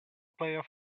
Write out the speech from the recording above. player